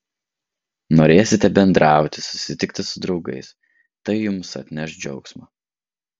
norėsite bendrauti susitikti su draugais tai jums atneš džiaugsmo